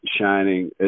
shining